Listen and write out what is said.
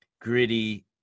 gritty